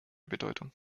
bedeutung